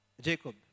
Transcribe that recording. Jacob